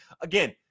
again